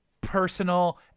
personal